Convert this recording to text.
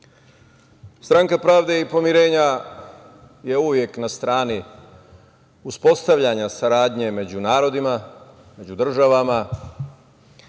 Stranka pravde i pomirenja je uvek na strani uspostavljanja saradnje među narodima, među državama